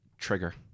Trigger